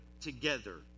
together